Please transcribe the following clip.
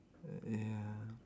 err ya